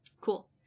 cool